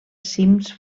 cims